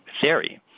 theory